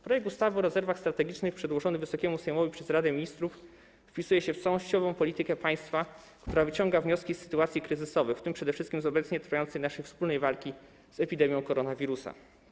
Projekt ustawy o rezerwach strategicznych przedłożony Wysokiemu Sejmowi przez Radę Ministrów wpisuje się w całościową politykę państwa, która wyciąga wnioski z sytuacji kryzysowych, w tym przede wszystkim z obecnie trwającej naszej wspólnej walki z epidemią koronawirusa.